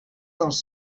dels